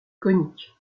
conique